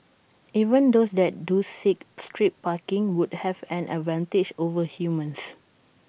even those that do seek street parking would have an advantage over humans